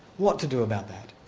what to do about that?